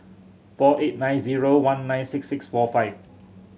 four eight nine zero one nine six six four five